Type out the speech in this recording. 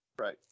Right